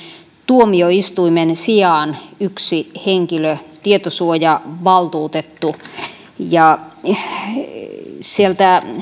tuomioistuimen sijaan yksi henkilö tietosuojavaltuutettu sieltä